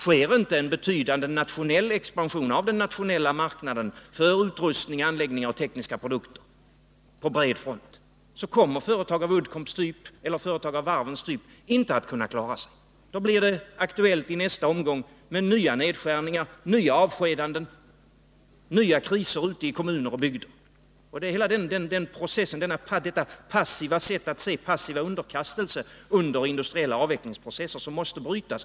Sker inte en betydande expansion av den nationella marknaden för utrustningar, anläggningar och tekniska produkter på bred front, så kommer företag av Uddcombs eller varvens typ inte att kunna klara sig. Då blir det i nästa omgång aktuellt med nya nedskärningar, nya avskedanden, nya kriser ute i kommuner och bygder. Det är hela denna passiva underkastelse under industriella avvecklingsprocesser som måste brytas.